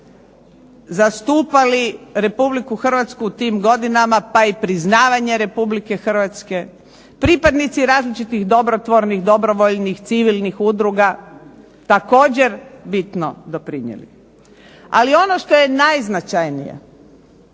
zastupali Republiku Hrvatsku u tim godinama, pa i priznavanje Republike Hrvatske pripadnici različitih dobrotvornih, dobrovoljnih, civilnih udruga također bitno doprinijeli. Ali ono što je najznačajnije